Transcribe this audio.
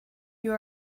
you